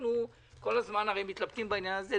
אנחנו כל הזמן מתלבטים בעניין הזה,